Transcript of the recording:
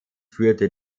führte